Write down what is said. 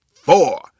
four